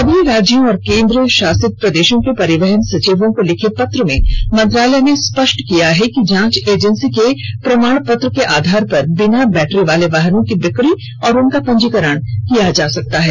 सभी राज्यों और केन्द्रशासित प्रदेशों के परिवहन सचिवों को लिखे पत्र में मंत्रालय ने स्पष्ट किया है कि जांच एजेंसी के प्रमाण पत्र के आधार पर बिना बैटरी वाले वाहनों की बिक्री और उनका पंजीकरण किया जा सकता है